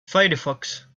firefox